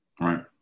Right